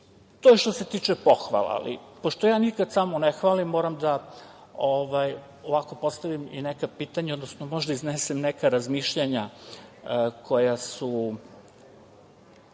je što se tiče pohvala, ali pošto ja nikad samo ne hvalim, moram da ovako postavim i neka pitanja, odnosno možda iznesem neka razmišljanja koja su